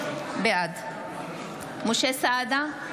בעד משה סעדה,